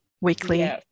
weekly